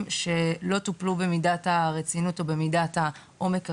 שלא טופלו במידת הרצינות ובמידה העומק הראויה.